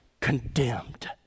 condemned